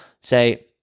say